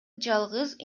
жалгыз